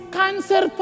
cancer